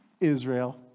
Israel